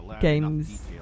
games